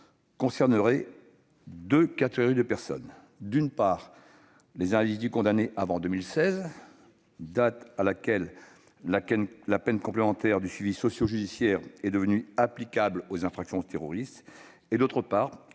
concerneraient deux catégories de personnes : d'une part, les individus condamnés avant 2016, date à laquelle la peine complémentaire du suivi socio-judiciaire est devenue applicable aux infractions terroristes ; d'autre part,